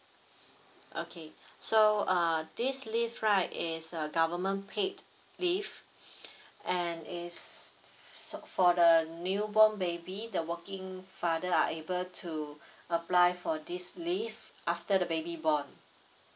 okay so uh this leave right is a government paid leave and is so~ for the new born baby the working father are able to apply for this leave after the baby born